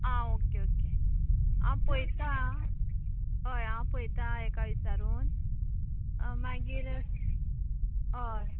आं okay okay आं पळयतां आं हय हांव पळयतां हाका विचारून मागीर हय